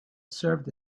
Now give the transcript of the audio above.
served